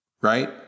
right